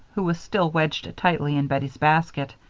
who was still wedged tightly in bettie's basket.